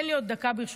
תן לי עוד דקה, ברשותך.